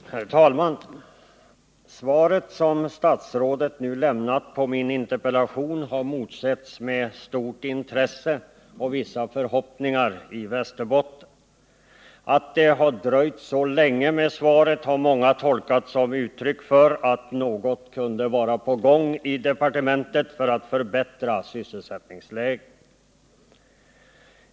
Herr talman! Det svar som statsrådet nu lämnat på min interpellation har motsetts med stort intresse och vissa förhoppningar i Västerbotten. Att svaret har dröjt så länge har många tolkat som ett uttryck för att något kanske var på gång i departementet för att förbättra sysselsättningsläget.